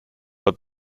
but